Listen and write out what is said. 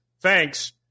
thanks